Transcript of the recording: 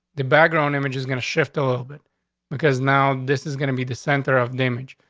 the background image is going to shift a little bit because now this is gonna be the center of damage.